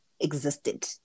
existed